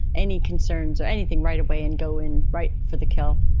any concerns or anything right away and go in right for the kill.